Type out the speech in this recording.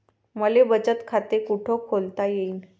मले बचत खाते कुठ खोलता येईन?